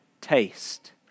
taste